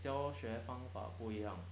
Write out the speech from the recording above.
教学方法不一样